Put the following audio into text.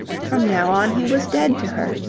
from now on he was dead to her.